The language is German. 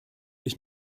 ich